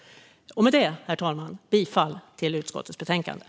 Jag yrkar bifall till utskottets förslag i betänkandet.